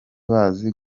bazi